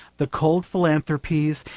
the cold philanthropies,